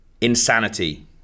Insanity